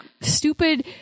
stupid